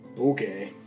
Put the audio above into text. Okay